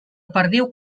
perdiu